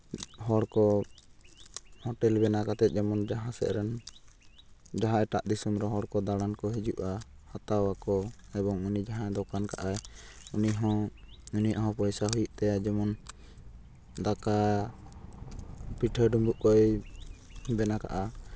ᱦᱚᱲᱠᱚ ᱦᱳᱴᱮᱞ ᱵᱮᱱᱟᱣ ᱠᱟᱛᱮᱫ ᱮᱢᱚᱱ ᱡᱟᱦᱟᱸ ᱥᱮᱫ ᱨᱮᱱ ᱡᱟᱦᱟᱸᱭ ᱴᱟᱜ ᱫᱤᱥᱚᱢ ᱨᱮᱱ ᱦᱚᱲ ᱠᱚ ᱫᱟᱬᱟᱱ ᱠᱚ ᱦᱤᱡᱩᱜᱼᱟ ᱦᱟᱛᱟᱣ ᱟᱠᱚ ᱮᱵᱚᱝ ᱩᱱᱤ ᱡᱟᱦᱟᱸᱭ ᱫᱚᱠᱟᱱ ᱠᱟᱜ ᱟᱭ ᱩᱱᱤ ᱦᱚᱸ ᱩᱱᱤᱭᱟᱜ ᱦᱚᱸ ᱯᱚᱭᱥᱟ ᱦᱩᱭᱩᱜ ᱛᱟᱭᱟ ᱡᱮᱢᱚᱱ ᱫᱟᱠᱟ ᱯᱤᱴᱷᱟᱹ ᱰᱩᱢᱵᱩᱜ ᱠᱚᱭ ᱵᱮᱱᱟᱣ ᱠᱟᱜᱼᱟ